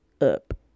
up